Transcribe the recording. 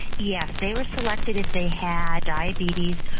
yeah they were selected if they had diabetes,